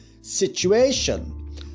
situation